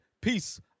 Peace